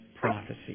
prophecy